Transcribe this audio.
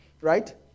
Right